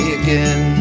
again